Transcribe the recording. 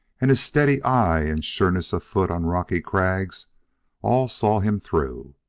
and his steady eye and sureness of foot on rocky crags all saw him through.